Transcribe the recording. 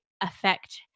affect